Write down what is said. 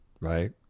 right